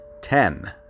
ten